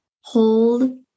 Hold